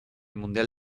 mundial